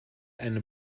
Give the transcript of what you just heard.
eine